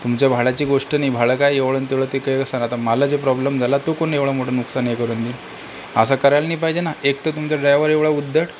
तुमच्या भाड्याची गोष्ट नाही भाडं काय एवढं ना तेवढं ते काही असागा आता मला जे प्रॉब्लेम झाला तो कोण एवढा मोठं नुकसान हे करून दिलं असा करायला नाही पाहिजे ना एक तर तुमचा ड्रायवर एवढा उद्धट